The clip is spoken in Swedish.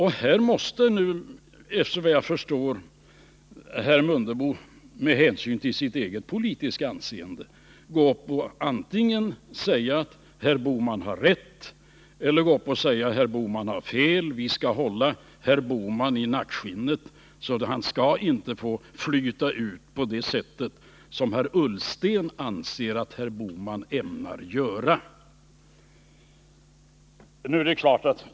Här måste såvitt jag förstår herr Mundebo med hänsyn till sitt eget politiska anseende säga antingen att herr Bohman har rätt eller att herr Bohman har fel; vi skall hålla herr Bohman i nackskinnet, så att han inte får flyta ut på det sätt som herr Ullsten anser att herr Bohman ämnar göra.